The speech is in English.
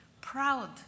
proud